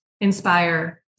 inspire